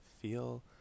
feel